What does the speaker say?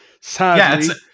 Sadly